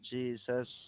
Jesus